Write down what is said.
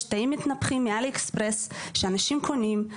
תאים מתנפחים מעלי אקספרס שאנשים קונים.